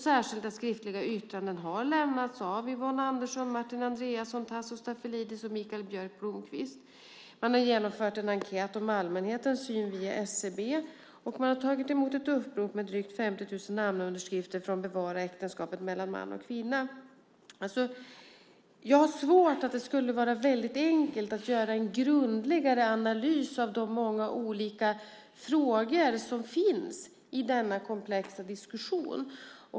Särskilda skriftliga yttranden har lämnats av Yvonne Andersson, Martin Andreasson, Tasso Stafilidis och Mikael Björk Blomqvist. Man har genomfört en enkät om allmänhetens syn via SCB, och man har tagit emot ett upprop med drygt 50 000 namnunderskrifter för att bevara äktenskapet mellan man och kvinna. Jag tror att det skulle vara väldigt svårt att göra en grundligare analys av de många olika frågor som finns i denna komplexa diskussion.